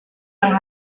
yang